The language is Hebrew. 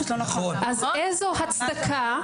אז איזו הצדקה?